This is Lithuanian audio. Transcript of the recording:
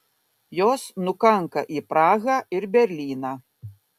jos nukanka į prahą ir berlyną